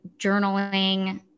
journaling